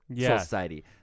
Society